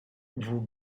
vous